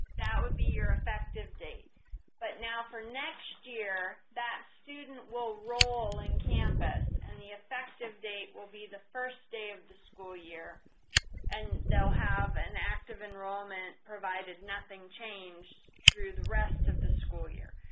that would be your effective date but now for next year that student will roll in campus and the effective date will be the first day of the school year and they'll have an active enrollment provided nothing changed through the rest of the school year.